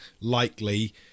likely